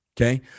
Okay